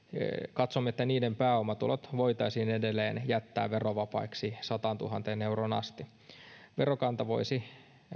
katsomme että niiden pääomatulot voitaisiin edelleen jättää verovapaiksi sataantuhanteen euroon asti verokanta voisi